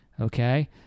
okay